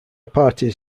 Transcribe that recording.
parties